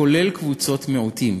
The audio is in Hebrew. כולל קבוצות מיעוטים,